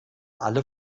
alle